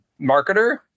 marketer